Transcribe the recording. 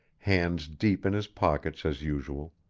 hands deep in his pockets as usual,